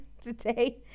today